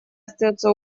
остается